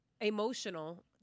emotional